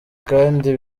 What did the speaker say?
kandi